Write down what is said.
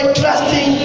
trusting